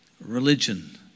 Religion